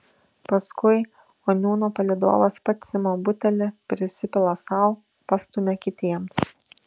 paskui oniūno palydovas pats ima butelį prisipila sau pastumia kitiems